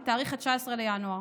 מתאריך ה-19 בינואר: